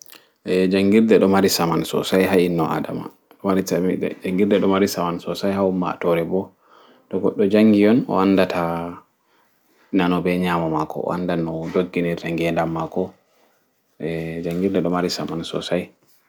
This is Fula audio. Eeh jangirɗe ɗomari saman sosai ha inno aɗama